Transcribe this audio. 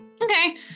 Okay